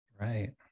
Right